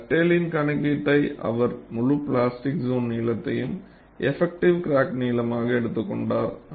டக்டேலின் கணக்கீட்டை அவர் முழு பிளாஸ்டிக் சோன் நீளத்தையும் எஃபக்ட்டிவ் கிராக் நீளமாக எடுத்துக்கொண்டார்